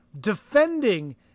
defending